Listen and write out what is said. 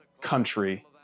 country